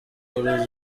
urya